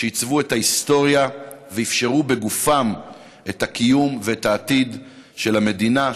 שעיצבו את ההיסטוריה ואפשרו בגופם את הקיום ואת העתיד של המדינה,